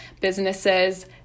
businesses